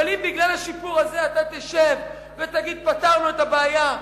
אבל אם בגלל השיפור הזה אתה תשב ותגיד: פתרנו את הבעיה,